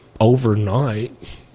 Overnight